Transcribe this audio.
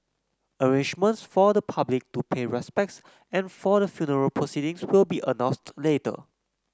arrangements for the public to pay respects and for the funeral proceedings will be announced later